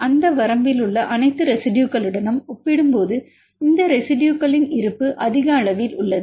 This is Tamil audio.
அந்த வரம்பில் உள்ள அனைத்து ரெசிடுயுகளுடனும் ஒப்பிடும்போது இந்த ரெசிடுயுகளின் இருப்பு அதிகளவில் உள்ளது